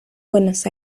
buenos